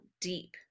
deep